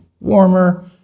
warmer